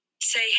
say